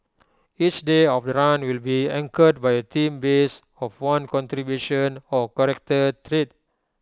each day of the run will be anchored by A theme based of one contribution or character trait